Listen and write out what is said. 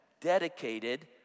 dedicated